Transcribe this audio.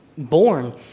Born